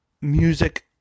music